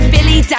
Billy